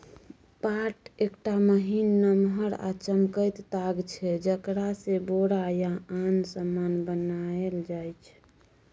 पाट एकटा महीन, नमहर आ चमकैत ताग छै जकरासँ बोरा या आन समान बनाएल जाइ छै